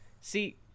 See